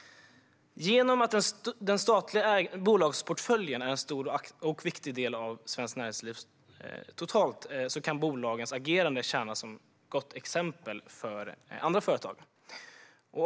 Genom att den statliga bolagsportföljen är en stor och viktig del av svenskt näringsliv totalt kan bolagens agerande tjäna som gott exempel för andra företag.